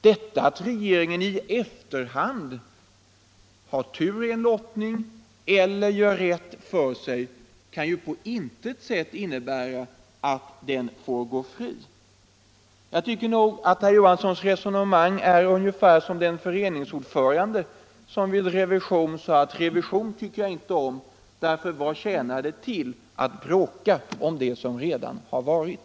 Att regeringen i efterhand har tur i en lottning kan ju på intet sätt innebära att den går fri! Jag tycker att herr Johanssons resonemang är ungefär detsamma som fördes av en föreningsordförande, som vid revision sade: Revision tycker jag inte om, för vad tjänar det till att bråka om det som redan har varit?